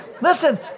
Listen